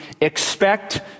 expect